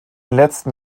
letzten